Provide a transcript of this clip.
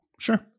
Sure